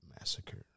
Massacre